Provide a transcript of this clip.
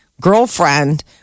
girlfriend